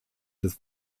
des